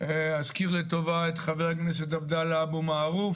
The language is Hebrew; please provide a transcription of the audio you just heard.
אזכיר לטובה את ח"כ עבדאללה אבו מערוף